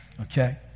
Okay